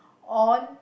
on